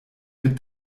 mit